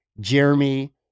Jeremy